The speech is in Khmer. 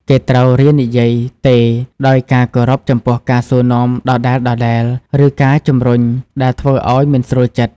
គេត្រូវរៀននិយាយ ទេ ដោយការគោរពចំពោះការសួរនាំដដែលៗ ឬការជំរុញដែលធ្វើឲ្យមិនស្រួលចិត្ត ។